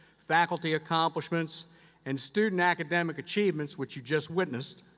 faculty accomplishments and student academic achievements, which you just witnessed,